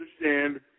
understand